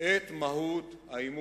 את מהות העימות,